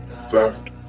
theft